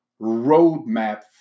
roadmap